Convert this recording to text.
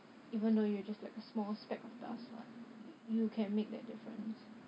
even though you're just like a small speck of dust what you you can make that difference